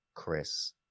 Chris